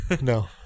No